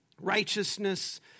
Righteousness